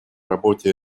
работе